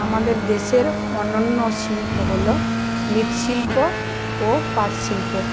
আমাদের দেশের অনন্য শিল্প হলো মৃৎশিল্প ও পাটশিল্প